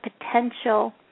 potential